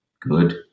good